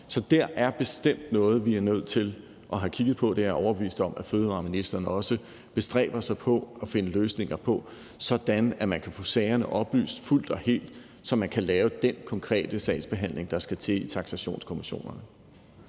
Så der er der bestemt noget, vi bliver nødt til at kigge på. Det er jeg overbevist om at fødevareministeren også bestræber sig på at finde løsninger på, sådan at man kan få sagerne oplyst fuldt og helt, så man kan lave den konkrete sagsbehandling, der skal til i taksationskommissionerne.